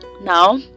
now